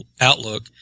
Outlook